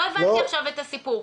לא הבנתי את הסיפור.